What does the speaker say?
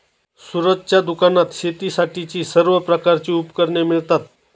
सूरजच्या दुकानात शेतीसाठीची सर्व प्रकारची उपकरणे मिळतात